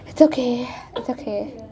it's okay it's okay